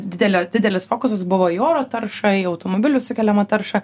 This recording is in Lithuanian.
didelio didelis fokusas buvo į oro taršą į automobilių sukeliamą taršą